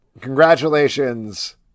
congratulations